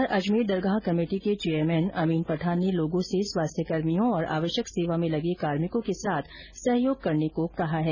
इस बीच अजमेर दरगाह कमेटी के चेयरमैन अमीन पठान ने लोगों से स्वास्थ्यकर्मियों और आवश्यक सेवा में लगे कार्मिकों के साथ सहयोग करने को कहा है